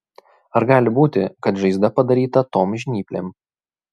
ar gali būti kad žaizda padaryta tom žnyplėm